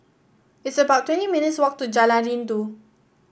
it's about twenty minutes' walk to Jalan Rindu